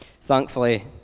Thankfully